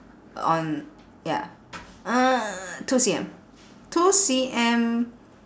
on ya uh two C_M two C_M